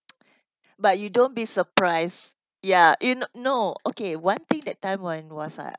but you don't be surprised ya you no no okay one thing that time when was I